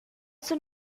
sun